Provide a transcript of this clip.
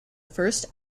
first